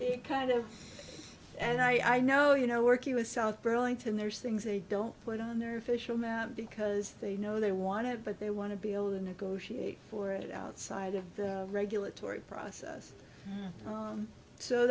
it kind of and i know you know working with south burlington there's things they don't put on their official map because they know they want it but they want to be able to negotiate for it outside of the regulatory process